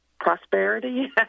prosperity